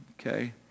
okay